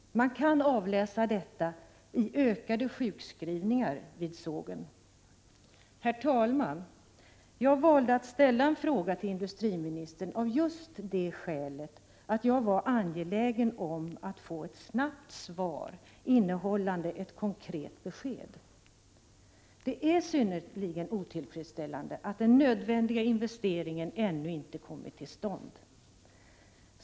Man kan avläsa detta i ökade sjukskrivningar vid sågen. Herr talman! Jag valde att ställa en fråga till industriministern av just det skälet att jag var angelägen om att få ett snabbt svar innehållande ett konkret besked. Det är synnerligen otillfredsställande att den nödvändiga investeringen ännu inte kommit till stånd.